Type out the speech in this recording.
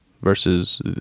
versus